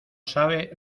sabe